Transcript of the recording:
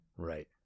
Right